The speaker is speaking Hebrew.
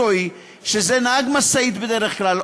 וזה נהג משאית בדרך כלל,